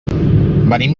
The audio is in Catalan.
venim